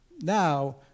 now